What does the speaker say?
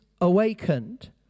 awakened